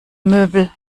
möbel